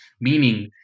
meaning